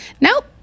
nope